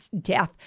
death